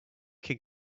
can